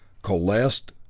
coalesced,